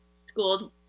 schooled